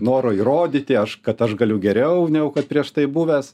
noro įrodyti aš kad aš galiu geriau negu kad prieš tai buvęs